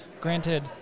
granted